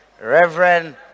Reverend